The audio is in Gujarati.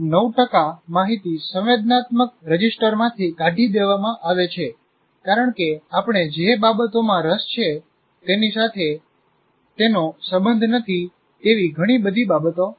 9 ટકા માહિતી સંવેદનાત્મક રજિસ્ટરમાંથી કાઢી દેવામાં આવે છે કારણ કે આપણે જે બાબતોમાં રસ છે તેની સાથે તેનો સંબંધ નથી તેવી ઘણી બધી બાબતો છે